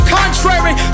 contrary